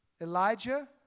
Elijah